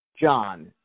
John